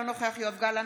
אינו נוכח יואב גלנט,